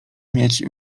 mieć